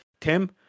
Tim